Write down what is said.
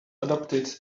adapted